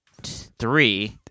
three